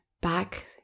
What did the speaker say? back